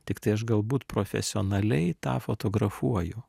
tiktai aš galbūt profesionaliai tą fotografuoju